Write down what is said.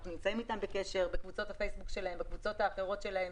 אנחנו נמצאים איתם בקשר בקבוצות הפייסבוק שלהם ובקבוצות אחרות שלהם,